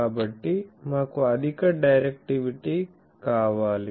కాబట్టి మాకు అధిక డైరెక్టివిటీ కావాలి